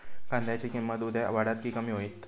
कांद्याची किंमत उद्या वाढात की कमी होईत?